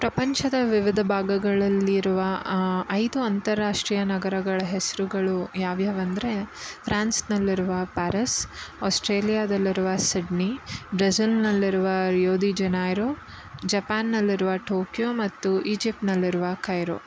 ಪ್ರಪಂಚದ ವಿವಿಧ ಭಾಗಗಳಲ್ಲಿರುವ ಐದು ಅಂತಾರಾಷ್ಟ್ರೀಯ ನಗರಗಳ ಹೆಸರುಗಳು ಯಾವ್ಯಾವು ಅಂದರೆ ಫ್ರಾನ್ಸಿನಲ್ಲಿರುವ ಪ್ಯಾರೀಸ್ ಆಸ್ಟ್ರೇಲಿಯಾದಲ್ಲಿರುವ ಸಿಡ್ನಿ ಬ್ರೆಝಿಲ್ಲಿನಲ್ಲಿರುವ ರಿಯೋ ದಿ ಜನೈರೋ ಜಪಾನ್ನಲ್ಲಿರುವ ಠೋಕ್ಯೋ ಮತ್ತು ಈಜಿಪ್ಟಿನಲ್ಲಿರುವ ಕೈರೋ